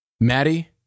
Maddie